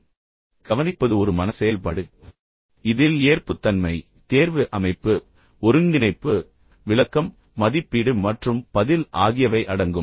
ஆனால் கவனிப்பது ஒரு மன செயல்பாடு இதில் ஏற்புத்தன்மை தேர்வு அமைப்பு ஒருங்கிணைப்பு விளக்கம் மதிப்பீடு மற்றும் பதில் ஆகியவை அடங்கும்